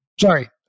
sorry